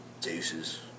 Deuces